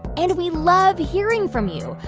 and we love hearing from you.